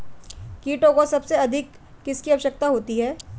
कीटों को सबसे अधिक किसकी आवश्यकता होती है?